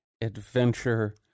adventure